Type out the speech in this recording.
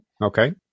Okay